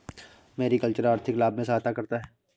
mariculture आर्थिक लाभ में सहायता करता है